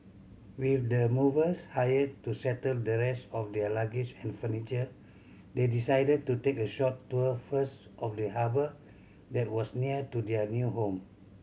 with the movers hired to settle the rest of their luggage and furniture they decided to take a short tour first of the harbour that was near to their new home